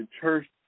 church